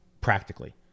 practically